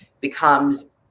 becomes